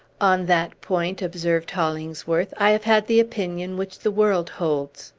on that point, observed hollingsworth, i have had the opinion which the world holds.